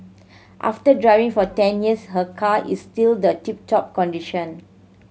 after driving for ten years her car is still the tip top condition